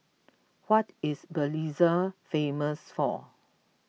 what is Belize famous for